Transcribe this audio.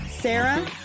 Sarah